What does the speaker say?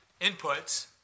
inputs